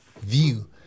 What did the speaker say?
view